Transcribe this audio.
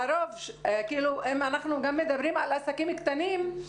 אנחנו גם מדברים על עסקים קטנים.